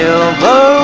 Silver